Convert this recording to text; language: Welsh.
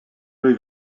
wyf